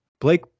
Blake